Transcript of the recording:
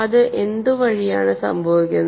അത് എന്ത് വഴിയാണ് സംഭവിക്കുന്നത്